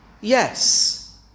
Yes